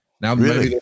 now